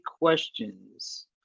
questions